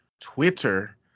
Twitter